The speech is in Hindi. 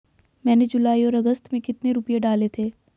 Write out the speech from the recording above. मैंने जुलाई और अगस्त में कितने रुपये डाले थे?